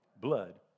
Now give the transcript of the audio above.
blood